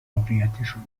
واقعیتشان